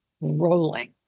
rolling